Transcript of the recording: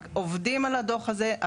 עובדים על הדוח הזה,